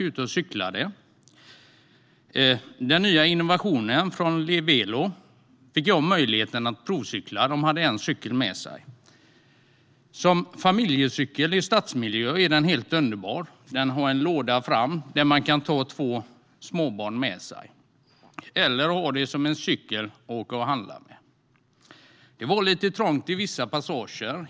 Jag fick möjlighet att provcykla den nya innovationen från Livelo; de hade en cykel med sig. Som familjecykel i stadsmiljö är den helt underbar. Den har en låda fram så man kan ta två småbarn med sig eller ha den som en cykel att åka och handla med. Det var lite trångt i vissa passager.